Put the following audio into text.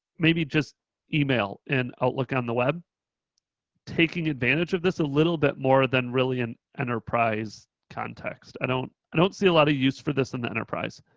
maybe just email and outlook on the web taking advantage of this a little bit more than really an enterprise context. i don't i don't see a lot of use for this in the enterprise.